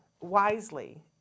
Wisely